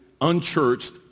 unchurched